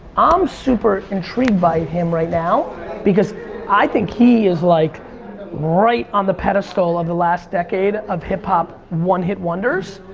i'm super intrigued by him right now because i think he is like right on the pedestal of the last decade of hip hop one hit wonders.